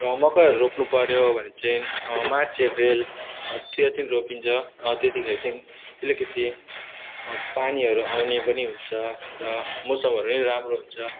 र मकैहरू रोप्नुपऱ्यो भने चाहिँ मार्च एप्रिल त्यो चाहिँ रोपिन्छ त्यतिखेर चाहिँ अलिकति पानीहरू आउने पनि हुन्छ र मौसमहरू नि राम्रो हुन्छ